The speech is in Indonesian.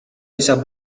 bisa